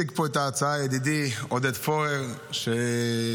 ידידי עודד פורר הציג פה את ההצעה,